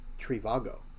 Trivago